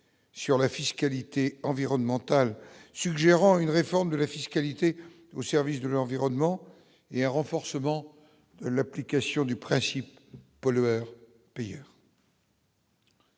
sur la fiscalité environnementale, suggérant une réforme de la fiscalité au service de l'environnement et un renforcement de l'application du principe pollueur payeur.